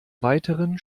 weiteren